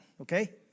okay